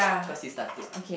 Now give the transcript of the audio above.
cause he started